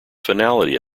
finality